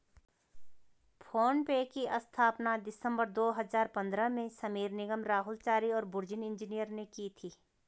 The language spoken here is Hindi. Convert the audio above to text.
फ़ोन पे की स्थापना दिसंबर दो हजार पन्द्रह में समीर निगम, राहुल चारी और बुर्जिन इंजीनियर ने की थी